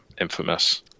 infamous